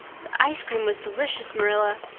the ice cream was delicious, marilla,